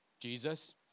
Jesus